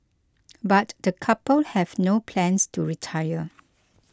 but the couple have no plans to retire